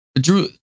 Drew